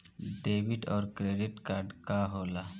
Debit और credit card का होला?